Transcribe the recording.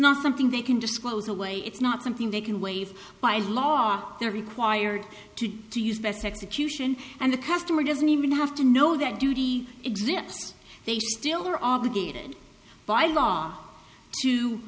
not something they can disclose away it's not something they can wave by law they're required to to use best execution and the customer doesn't even have to know that duty exists they still are obligated by law